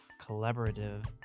collaborative